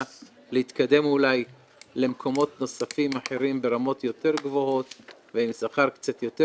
להתקדם למקומות אחרים ברמות יותר גבוהות ועם שכר קצת יותר